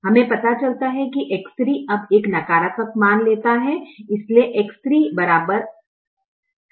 हमें पता चलता है कि X3 अब एक नकारात्मक मान लेता है इसलिए X3 4 हो जाता है